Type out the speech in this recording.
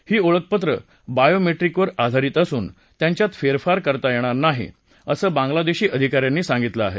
ही ओळखपत्रं बायोमेट्रिक वर आधारित असून त्यांच्यात फेरफार करता येणार नाही असं बांग्लादेशी अधिका यांनी सांगितलं आहे